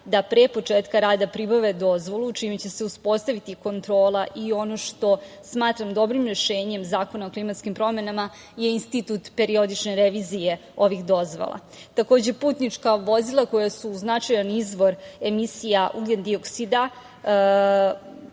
da pre početka rada pribave dozvolu, čime će se uspostaviti kontrola i ono što smatram dobrim rešenjem Zakona o klimatskim promenama je institut periodične revizije ovih dozvola. Takođe, putnička vozila koja su značajan izvor emisija ugljen-dioksida,